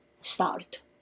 start